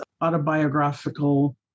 autobiographical